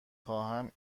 خواهم